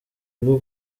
rwo